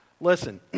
Listen